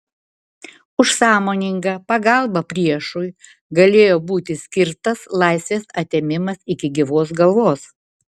už sąmoningą pagalbą priešui galėjo būti skirtas laisvės atėmimas iki gyvos galvos